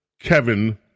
Kevin